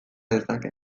dezake